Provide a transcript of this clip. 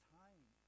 time